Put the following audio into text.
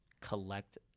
collect